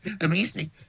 Amazing